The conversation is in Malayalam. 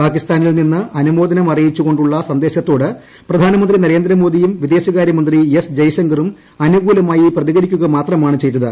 പാകിസ്ഥാനിൽ നിന്ന് അനുമോദനം അറിയിച്ചു കൊ ് ുളള സന്ദേശത്തോട് പ്രധാനമന്ത്രി നരേന്ദ്രമോദിയും വിദേശകാരൃമന്ത്രി എസ് ജയശങ്കറും അനുകൂലമായി പ്രതികരിക്കുക മാത്രമാണ് ചെയ്തത്